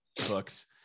books